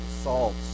assaults